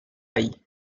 die